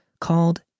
called